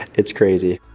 it's crazy.